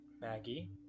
Maggie